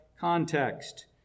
context